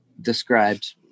described